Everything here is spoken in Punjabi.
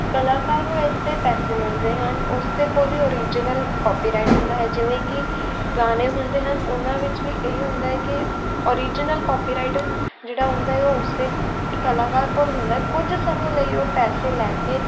ਕਲਾਕਾਰ ਨੂੰ ਇਸ ਦੇ ਪੈਸੇ ਮਿਲਦੇ ਹਨ ਉਸ 'ਤੇ ਕੋਈ ਵੀ ਓਰੀਜਨਲ ਕਾਪੀਰਾਈਟ ਹੁੰਦਾ ਹੈ ਜਿਵੇਂ ਕਿ ਗਾਣੇ ਹੁੰਦੇ ਹਨ ਉਹਨਾਂ ਵਿੱਚ ਵੀ ਇਹੀ ਹੁੰਦਾ ਹੈ ਕਿ ਓਰੀਜਨਲ ਕਾਪੀਰਾਈਟ ਜਿਹੜਾ ਹੁੰਦਾ ਹੈ ਉਸੇ ਕਲਾਕਾਰ ਕੋਲ ਹੁੰਦਾ ਕੁਝ ਸਮੇਂ ਲਈ ਉਹ ਪੈਸੇ ਲੈ ਕੇ